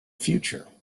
future